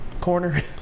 corner